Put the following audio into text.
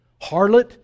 Harlot